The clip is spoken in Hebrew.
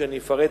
ואני אפרט